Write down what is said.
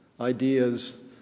ideas